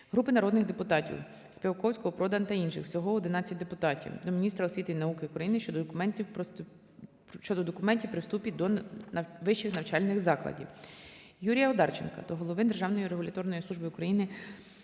Групи народних депутатів (Співаковського, Продан та інших. Всього 11 депутатів) до міністра освіти і науки України щодо документів при вступі до вищих навчальних закладів. Юрія Одарченка до Голови Державної регуляторної служби України